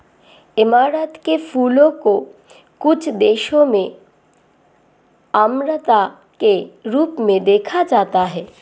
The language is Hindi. ऐमारैंथ के फूलों को कुछ देशों में अमरता के रूप में देखा जाता है